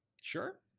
Sure